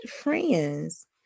friends